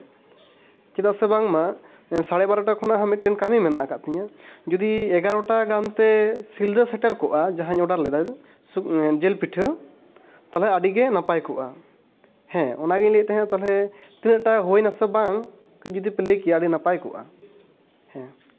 ᱪᱮᱫᱟᱜ ᱥᱮ ᱵᱟᱝᱢᱟ ᱥᱟᱲᱮ ᱵᱟᱨᱚᱴᱟ ᱠᱷᱚᱱᱟᱜ ᱦᱟᱸᱜ ᱢᱤᱫᱴᱟᱝ ᱠᱟᱹᱢᱤ ᱢᱮᱱᱟᱜ ᱠᱟᱜ ᱛᱤᱧᱟᱹ ᱡᱩᱫᱤ ᱮᱜᱟᱨᱚᱴᱟ ᱜᱟᱱᱛᱮ ᱥᱤᱞᱫᱟᱹ ᱥᱮᱴᱮᱨ ᱠᱚᱜᱼᱟ ᱡᱟᱦᱟᱧ ᱚᱰᱟᱨ ᱞᱮᱫᱟ ᱡᱮᱹᱞ ᱯᱤᱴᱷᱟᱹ ᱯᱟᱞᱮ ᱟᱹᱰᱤ ᱜᱮ ᱱᱟᱯᱟᱭ ᱠᱚᱜᱼᱟ ᱦᱮᱸ ᱚᱱᱟᱜᱤᱧ ᱞᱟᱹᱭᱮᱫ ᱛᱟᱦᱮᱸᱫ ᱛᱟᱞᱦᱮ ᱛᱤᱱᱟᱹᱜ ᱴᱟ ᱦᱳᱭᱱᱟᱥᱮ ᱵᱟᱝ ᱠᱟᱹᱡ ᱡᱩᱫᱤ ᱯᱮ ᱞᱟᱹᱭ ᱠᱮᱭᱟ ᱟᱹᱰᱤ ᱱᱟᱯᱟᱭ ᱠᱚᱜᱼᱟ ᱦᱮᱸ